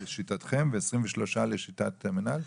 לשיטתכם ו-23 לשיטת המנהל?